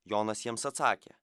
jonas jiems atsakė